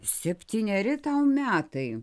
septyneri tau metai